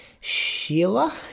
Sheila